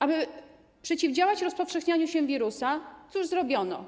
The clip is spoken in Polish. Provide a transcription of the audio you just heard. Aby przeciwdziałać rozpowszechnianiu się wirusa, cóż zrobiono?